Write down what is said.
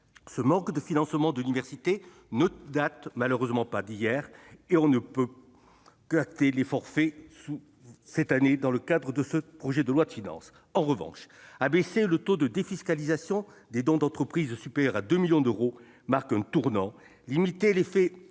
ce manque de financement de l'université ne date malheureusement pas d'hier, et on ne peut qu'acter l'effort réalisé cette année dans le cadre du projet de loi de finances. En revanche, l'abaissement du taux de défiscalisation des dons d'entreprises supérieurs à 2 millions d'euros marque un tournant. Limiter l'effet